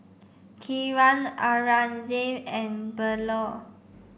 Kiran Aurangzeb and Bellur